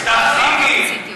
לא מיציתי.